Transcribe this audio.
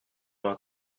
vingt